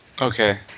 Okay